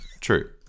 True